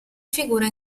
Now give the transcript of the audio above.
figura